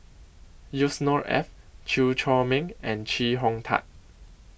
Yusnor Ef Chew Chor Meng and Chee Hong Tat